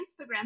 Instagram